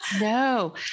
No